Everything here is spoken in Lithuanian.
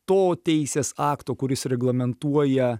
to teisės akto kuris reglamentuoja